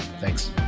thanks